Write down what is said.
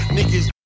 Niggas